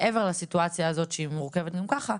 מעבר לסיטואציה הזאת שהיא מורכבת גם ככה,